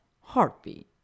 heartbeat